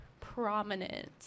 prominent